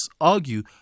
argue